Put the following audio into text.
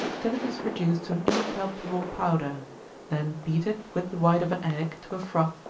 till it is reduced to an impalpable powder then beat it with the white of an egg, to a froth,